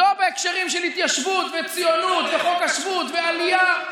לא בהקשרים של התיישבות וציונות וחוק השבות ועלייה,